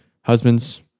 husband's